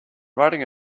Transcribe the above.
writing